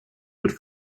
could